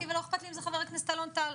ולא אכפת לי אם זה חבר הכנסת אלון טל.